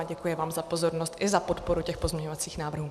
Děkuji vám za pozornost i za podporu pozměňovacích návrhů.